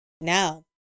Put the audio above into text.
Now